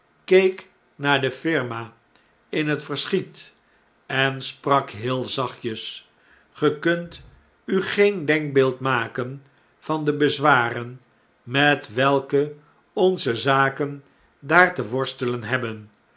keek naar de firma in het verschiet en sprak heel zachtjes ge kunt ugeendenkbeeld maken van de bezwaren met welke onze zaken daar te worstelen hebben